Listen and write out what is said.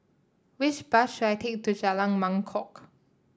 which bus should I take to Jalan Mangkok